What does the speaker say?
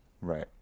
right